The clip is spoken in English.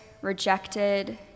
rejected